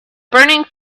burning